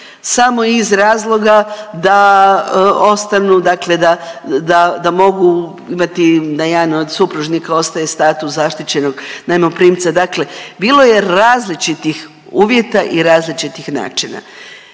dakle da, da, da mogu imati, da jedan od supružnika ostaje status zaštićenog najmoprimca, dakle bilo je različitih uvjeta i različitih načina.